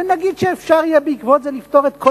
ונגיד שאפשר יהיה בעקבות זה לפתור את כל